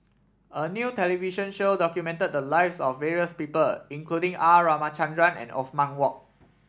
a new television show documented the lives of various people including R Ramachandran and Othman Wok